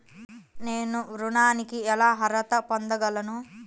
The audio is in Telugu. నేను ఋణానికి ఎలా అర్హత పొందగలను?